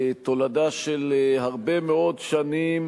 תולדה של הרבה מאוד שנים,